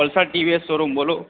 alpha TVS showroom બોલો